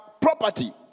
property